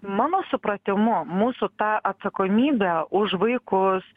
mano supratimu mūsų ta atsakomybė už vaikus